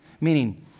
Meaning